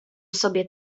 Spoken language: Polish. sobie